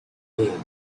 hey